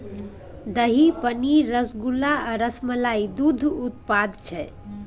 दही, पनीर, रसगुल्ला आ रसमलाई दुग्ध उत्पाद छै